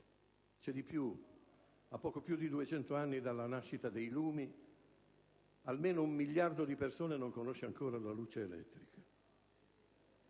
C'è di più: a poco più di 200 anni dalla nascita dei "lumi", almeno un miliardo di persone non conosce ancora la luce elettrica.